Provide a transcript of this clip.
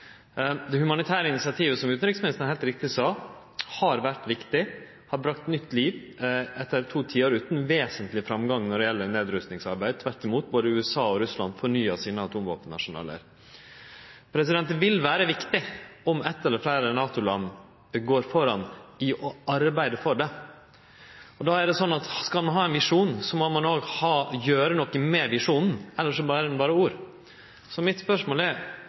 Det humanitære initiativet har, som utanriksministeren heilt riktig sa, vore viktig. Det har bringa nytt liv etter to tiår utan vesentleg framgang når det gjeld nedrustingsarbeid – tvert imot, for både USA og Russland fornyar sine atomvåpenarsenal. Det vil vere viktig om eitt eller fleire NATO-land går føre ved å arbeide for det. Det er sånn at om ein skal ha ein visjon, må ein også gjere noko med visjonen, elles vert det berre ord. Mitt spørsmål er: